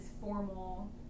formal